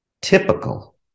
typical